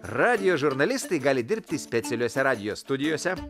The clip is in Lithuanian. radijo žurnalistai gali dirbti specialiose radijo studijose